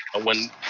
ah when,